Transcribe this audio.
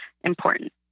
important